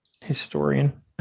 historian